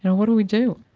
what do we do?